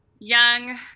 young